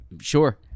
Sure